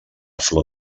flor